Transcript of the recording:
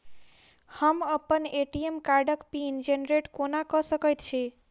हम अप्पन ए.टी.एम कार्डक पिन जेनरेट कोना कऽ सकैत छी?